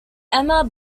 emma